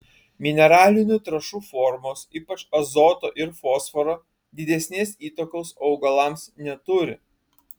mineralinių trąšų formos ypač azoto ir fosforo didesnės įtakos augalams neturi